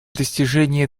достижения